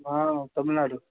ಹಾಂ ತಮಿಳುನಾಡು